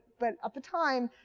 but at the time,